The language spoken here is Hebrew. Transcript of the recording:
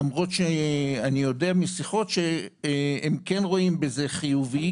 למרות שאני יודע משיחות שהם כן רואים את זה בצורה חיובית,